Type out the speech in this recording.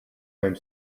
time